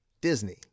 Disney